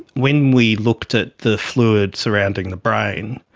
when we looked at the fluid surrounding the brain,